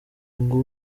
ngo